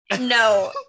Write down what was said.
no